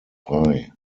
frei